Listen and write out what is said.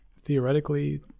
theoretically